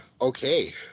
okay